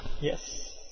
Yes